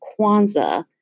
Kwanzaa